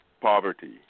poverty